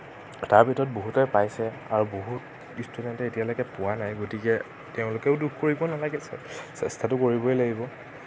তাৰ ভিতৰত বহুতে পাইছে আৰু বহুত ইষ্টুডেণ্টে এতিয়ালৈকে পোৱা নাই গতিকে তেওঁলোকেও দুখ কৰিব নালাগে চেষ্টাটো কৰিবই লাগিব